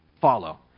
follow